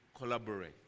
collaborate